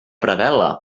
predel·la